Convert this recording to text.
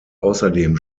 außerdem